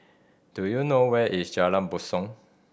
do you know where is Jalan Basong